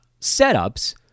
setups